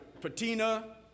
Patina